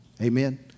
Amen